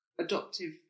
adoptive